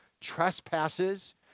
trespasses